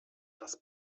das